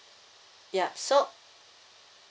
ya so